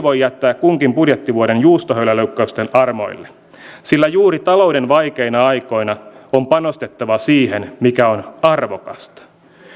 voi jättää kunkin budjettivuoden juustohöyläleikkausten armoille sillä juuri talouden vaikeina aikoina on panostettava siihen mikä on arvokasta